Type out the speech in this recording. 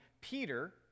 Peter